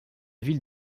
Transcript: ville